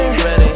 ready